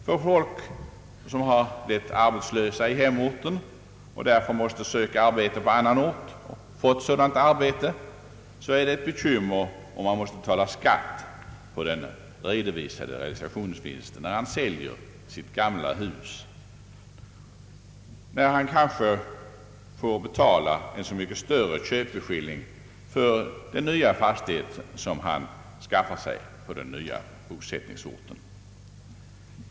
För människor som blivit arbetslösa i hemorten och därför måste söka arbete på annan ort — och fått sådant arbete — är det ett bekymmer, om de måste betala skatt på den redovisade realisationsvinsten när de säljer sina gamla hus, även om de får betala en mycket större köpeskilling — rent av ett överpris — för den fastighet de skaffar sig på den nya bosättningsorten.